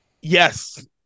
yes